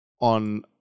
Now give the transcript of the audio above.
on